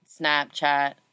Snapchat